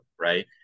right